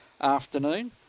afternoon